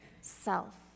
self